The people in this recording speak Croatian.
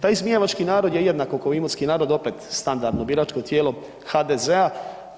Taj zmijevački narod je jednako ko i imotski narod opet standardno biračko tijelo HDZ-a.